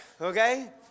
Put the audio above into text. okay